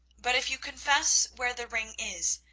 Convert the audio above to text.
but if you confess where the ring is,